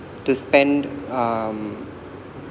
to spend um